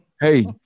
hey